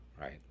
Right